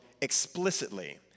explicitly